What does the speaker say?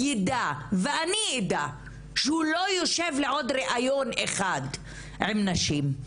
יידע ואני אדע שהוא לא יושב לעוד ראיון אחד עם נשים,